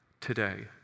today